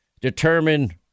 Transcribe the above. determine